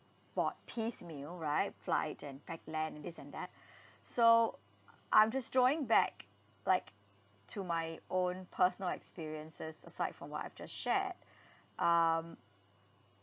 bought piecemeal right flight and pack land and this and that so I'm just drawing back like to my own personal experiences aside from what I've just shared um